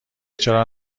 چرا